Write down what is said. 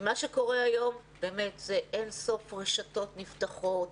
היום אין-ספור רשתות נפתחות,